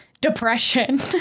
Depression